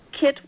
KIT